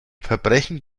verbrechen